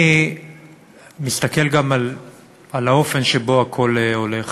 אני מסתכל גם על האופן שבו הכול הולך